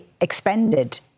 expended